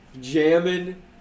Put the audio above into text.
jamming